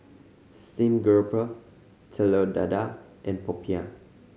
steamed garoupa Telur Dadah and popiah